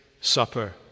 supper